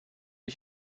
ich